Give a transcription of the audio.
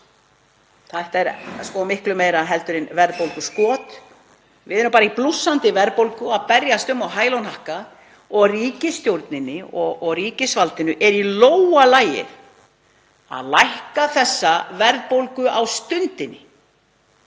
Þetta er miklu meira en verðbólguskot, við erum í blússandi verðbólgu að berjast um á hæl og hnakka og ríkisstjórninni og ríkisvaldinu er í lófa lagið að lækka þessa verðbólgu á stundinni